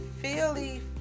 Philly